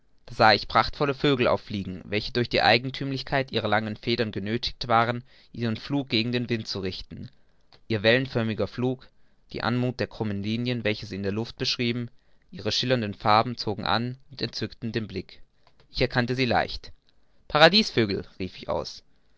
sah ich prachtvolle vögel auffliegen welche durch die eigenthümlichkeit ihrer langen federn genöthigt waren ihren flug gegen den wind zu richten ihr wellenförmiger flug die anmuth der krummen linien welche sie in der luft beschrieben ihre schillernden farben zogen an und entzückten den blick ich erkannte sie leicht paradiesvögel rief ich aus